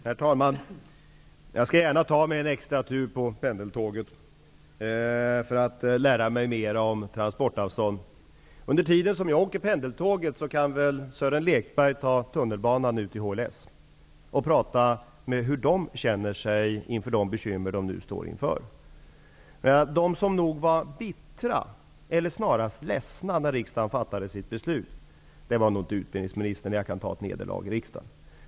Herr talman! Jag skall gärna ta mig en extratur på pendeltåget för att lära mig mera om transportavstånd. Under tiden som jag åker pendeltåg, kan väl Sören Lekberg ta tunnelbanan ut till HLS och höra efter hur man där känner sig med tanke på de bekymmer man nu står inför. Bland de människor som var bittra, eller snarast ledsna, när riksdagen fattade sitt beslut fanns knappast utbildningsministern -- jag kan för egen del ta ett nederlag i riksdagen.